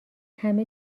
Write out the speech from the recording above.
همه